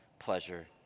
Pleasure